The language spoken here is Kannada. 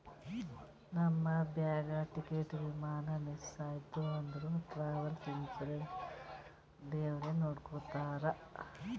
ನಮ್ದು ಬ್ಯಾಗ್, ಟಿಕೇಟ್, ವಿಮಾನ ಮಿಸ್ ಐಯ್ತ ಅಂದುರ್ ಟ್ರಾವೆಲ್ ಇನ್ಸೂರೆನ್ಸ್ ದವ್ರೆ ನೋಡ್ಕೊತ್ತಾರ್